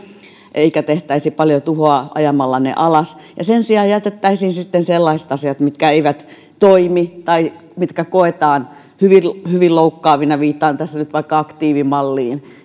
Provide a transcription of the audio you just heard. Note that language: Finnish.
eikä tehtäisi paljon tuhoa ajamalla ne alas ja sen sijaan jätettäisiin sitten tekemättä sellaiset asiat mitkä eivät toimi tai mitkä koetaan hyvin hyvin loukkaavina viittaan tässä nyt vaikka aktiivimalliin